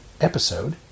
episode